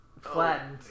flattened